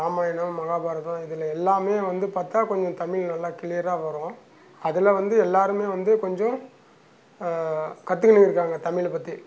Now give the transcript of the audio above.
ராமாயணம் மகாபாரதம் இதில் எல்லாமே வந்து பார்த்தா கொஞ்சம் தமிழ் நல்லா க்ளியராக வரும் அதில் வந்து எல்லாருமே வந்து கொஞ்சம் கற்றுகுனு இருக்காங்க தமிழை பற்றி